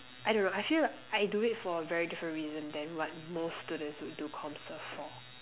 I don't know I feel like I do it for a very different reason than what most students would do comm serve for